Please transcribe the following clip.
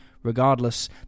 Regardless